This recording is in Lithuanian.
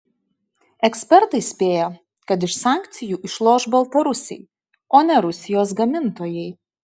ekspertai spėja kad iš sankcijų išloš baltarusiai o ne rusijos gamintojai